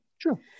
true